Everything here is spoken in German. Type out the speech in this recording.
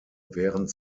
während